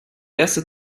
erste